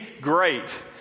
great